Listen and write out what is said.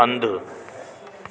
हंधि